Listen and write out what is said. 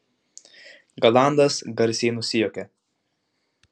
galandas garsiai nusijuokė